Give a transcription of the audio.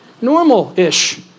normal-ish